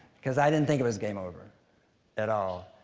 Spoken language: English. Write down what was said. cause i didn't think it was game over at all.